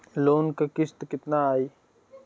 Loan क किस्त कितना आई?